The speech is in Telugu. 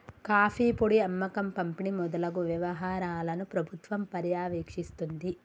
కాఫీ పొడి అమ్మకం పంపిణి మొదలగు వ్యవహారాలను ప్రభుత్వం పర్యవేక్షిస్తుంది